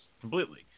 Completely